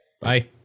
bye